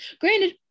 granted